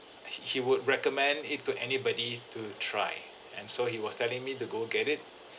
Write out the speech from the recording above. he he would recommend it to anybody to try and so he was telling me to go get it